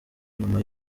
nyuma